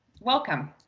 welcome